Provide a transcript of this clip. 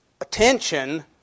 attention